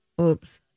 Oops